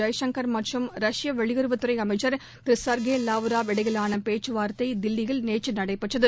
ஜெய்சங்கர் மற்றும் ரஷ்ய வெளியுறவுத் துறை அமைச்சர் திரு செர்ஜி லாவராவ் இடையிலான பேச்சுவார்த்தை தில்லியில் நேற்று நடைபெற்றது